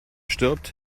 stirbt